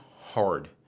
hard